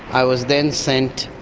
i was then sent,